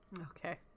Okay